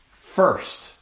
first